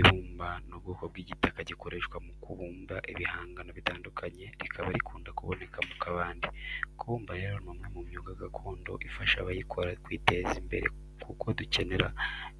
Ibumba ni ubwoko bw'igitaka gikoreshwa mu kubumba ibihangano bitandukanye, rikaba rikunda kuboneka mu kabande. Kubumba rero ni umwe mu myuga gakondo ifasha abayikora kwiteza imbere kuko dukenera